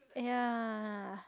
yeah